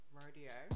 rodeo